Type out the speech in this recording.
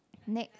next